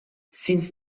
since